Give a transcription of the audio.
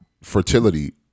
fertility